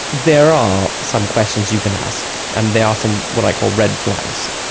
there are some questions you can ask, and there are some what i call red flags.